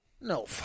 No